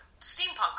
steampunk